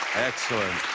excellent.